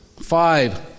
five